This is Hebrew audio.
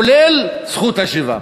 כולל זכות השיבה.